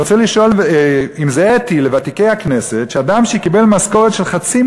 אני רוצה לשאול את ותיקי הכנסת אם זה אתי שאדם שקיבל משכורת של חצי